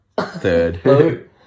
third